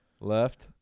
left